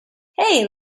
hey